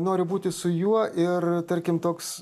noriu būti su juo ir tarkim toks